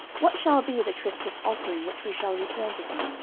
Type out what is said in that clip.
what shall be the trespass offering which we shall return to him?